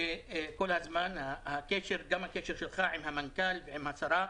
שכל הזמן הקשר שלך עם המנכ"ל והשרה